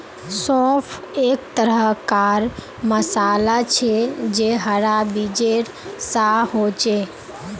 सौंफ एक तरह कार मसाला छे जे हरा बीजेर सा होचे